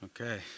Okay